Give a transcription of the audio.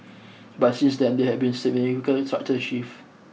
but since then there have been significant structural shifts